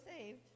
saved